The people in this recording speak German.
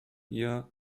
ihr